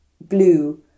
blue